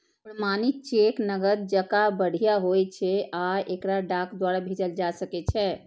प्रमाणित चेक नकद जकां बढ़िया होइ छै आ एकरा डाक द्वारा भेजल जा सकै छै